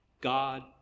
God